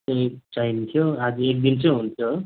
चाहिँ चाहिन्थ्यो आज एक दिन चाहिँ हुन्छ हो